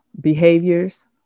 behaviors